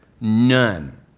None